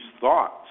thoughts